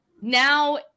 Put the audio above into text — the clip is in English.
now